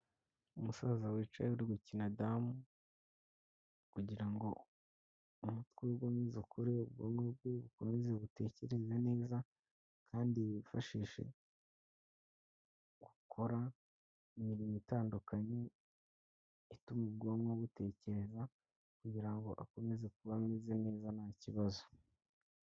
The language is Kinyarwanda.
Umusaza wicaye ari gukina damu kugira ngo umutwe we ukomeze ukore, ubwoko bwe bukomeze butekere neza kandi yifashishe gukora imirimo itandukanye ituma ubwonko butekereza kugira akomeze kuba ameze neza nta kibazo.